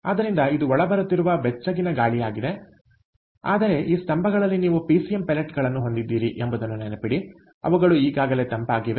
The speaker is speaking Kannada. ಆದ್ದರಿಂದ ಇದು ಒಳ ಬರುತ್ತಿರುವ ಬೆಚ್ಚಗಿನ ಗಾಳಿಯಾಗಿದೆ ಆದರೆ ಈ ಸ್ತಂಭಗಳಲ್ಲಿ ನೀವು ಪಿಸಿಎಂ ಪೆಲೆಟ್ಗಳನ್ನು ಹೊಂದಿದ್ದೀರಿ ಎಂಬುದನ್ನು ನೆನಪಿಡಿ ಅವುಗಳು ಈಗಾಗಲೇ ತಂಪಾಗಿವೆ